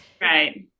Right